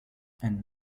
and